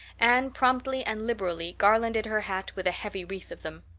anne promptly and liberally garlanded her hat with a heavy wreath of them.